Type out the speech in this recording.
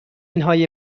منهای